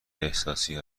احساسی